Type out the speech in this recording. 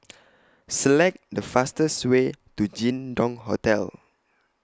Select The fastest Way to Jin Dong Hotel